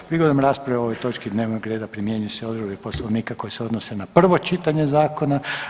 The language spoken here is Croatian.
Prigodom rasprave o ovoj točki dnevnog reda primjenjuju se odredbe Poslovnika koje se odnose na prvo čitanje zakona.